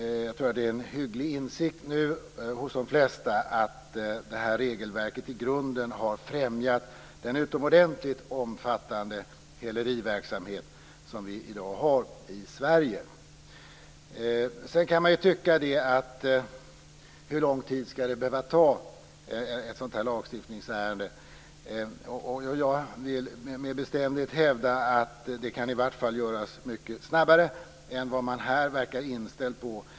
Jag tror att det nu är en insikt hos de flesta att regelverket i grunden har främjat den utomordentligt omfattande häleriverksamhet som vi i dag har i Sverige. Sedan kan man ju fråga sig hur lång tid ett sådant här lagstiftningsärende skall behöva ta. Jag vill med bestämdhet hävda att det i vart fall kan gå mycket snabbare än vad man här verkar inställd på.